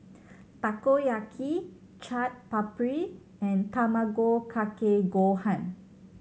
Takoyaki Chaat Papri and Tamago Kake Gohan